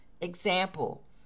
Example